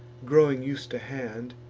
growing us'd to hand,